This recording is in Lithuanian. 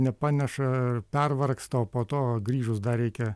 nepaneša pervargsta o po to grįžus dar reikia